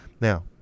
Now